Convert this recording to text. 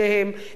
אין פה סתירה.